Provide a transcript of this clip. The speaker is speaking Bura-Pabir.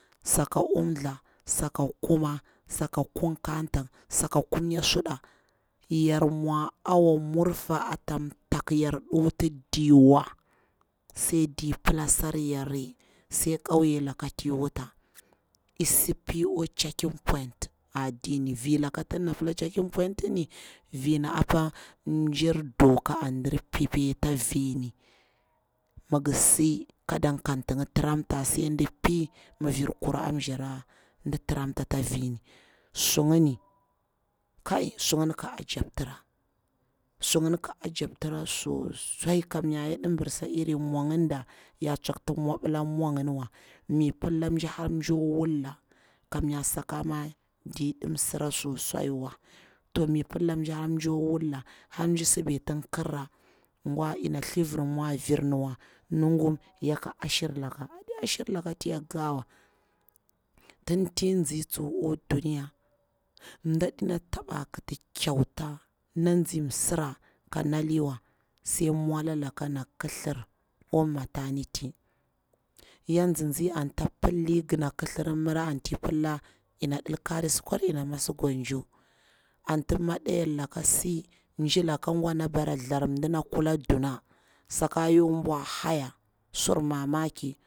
Saka umtha saka kuma, saka kumka tang, saka kumnya saɗa, yar mwa awa murfa ata mtaku yara ɗi wuti diwa sai dir pilasar yare, sai kauye laka ti wuta, isi pi akwa checking point a dina vilaka tin dana pila checking point ni, vin apa mjir doka andir pipi, ita vini, mi ngirsi kada kan tingi tiramta, sai mi vir kura am shara ngi tramta ata vimisu ngini kai su ngini ki ajantira, su ngini ki gaptira sosai, i kamnya yaɗi bursa iri mwa nginda ya tsokti mwabila mwa ngin wa, mi pila mji hag mji kwa wuka, kam nya sakama ntsi adi msira so sai wa, mi pilla mji hag har dakwa wula, har mji si beti kirra gwa ina thilivir mwa virniwa, nugum yaka ashir laka, aɗi ashir laka ti ya kikawa. Tunti izi tsuwa akwa duniya mda dina taba kiti kyauta ti nzi msira ka naliwa sai mwala laka ana kithir awa maternity, ya nzi nzi anta pilli gana kithir miri anti pila, yana ɗi karir sukwar yara mas gonjo, anti maɗeyar laka si mji laka gwa ana bara thar dna kula duna saka ya kwa haya sur mamaki.